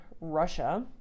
Russia